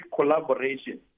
collaboration